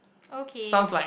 okay